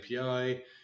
API